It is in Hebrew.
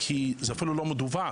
כי זה אפילו לא מדווח,